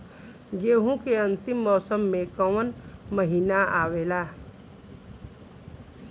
गेहूँ के अंतिम मौसम में कऊन महिना आवेला?